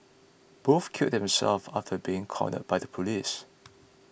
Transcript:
both killed themselves after being cornered by the police